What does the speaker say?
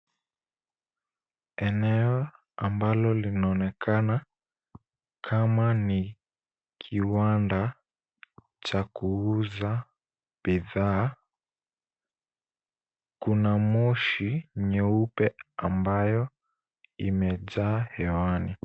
Eneo ambalo linaonekana kama ni kiwanda cha kuuza bidhaa. Kuna moshi nyeupe ambayo imejaa hewani.